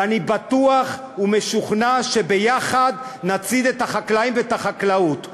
ואני בטוח ומשוכנע שביחד נצעיד קדימה את החקלאים והחקלאות.